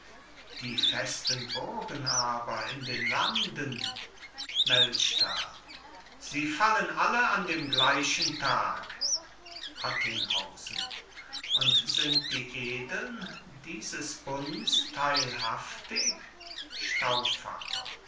die festen burgen aber in den landen melchtal sie fallen alle an dem gleichen tag attinghausen und sind die edeln dieses bunds teilhaftig